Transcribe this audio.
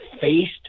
faced